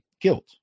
guilt